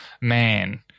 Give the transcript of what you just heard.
man